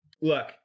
Look